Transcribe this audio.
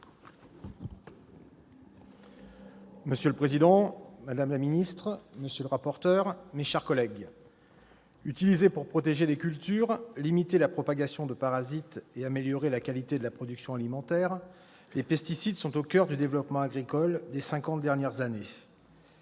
Monsieur le président, madame la ministre, monsieur le rapporteur, mes chers collègues, utilisés pour protéger les cultures, limiter la propagation de parasites et améliorer la qualité de la production alimentaire, les pesticides sont au coeur du développement agricole des cinquante dernières années.